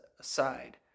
aside